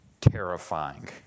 terrifying